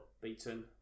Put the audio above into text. beaten